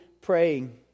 praying